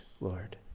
Lord